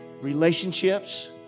relationships